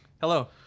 Hello